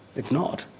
it's not,